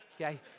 okay